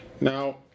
Now